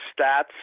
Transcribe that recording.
stats